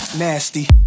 Nasty